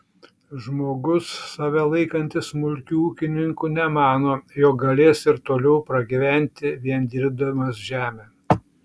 žmogus save laikantis smulkiu ūkininku nemano jog galės ir toliau pragyventi vien dirbdamas žemę